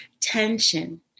tension